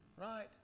Right